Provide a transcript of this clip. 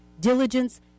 diligence